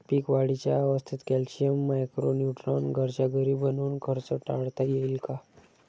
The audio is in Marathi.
पीक वाढीच्या अवस्थेत कॅल्शियम, मायक्रो न्यूट्रॉन घरच्या घरी बनवून खर्च टाळता येईल का?